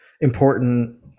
important